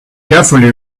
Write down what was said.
carefully